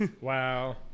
wow